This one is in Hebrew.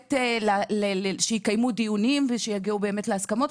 הורית שיקיימו דיונים ושיגיעו להסכמות.